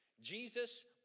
Jesus